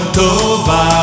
tova